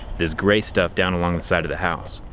this gray stuff down along the side of the house.